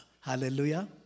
Hallelujah